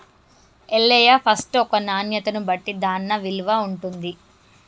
Ellaiah first ఒక నాణ్యతను బట్టి దాన్న విలువ ఉంటుంది